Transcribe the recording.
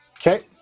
Okay